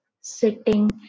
sitting